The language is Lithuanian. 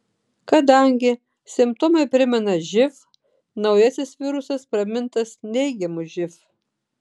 kadangi simptomai primena živ naujasis virusas pramintas neigiamu živ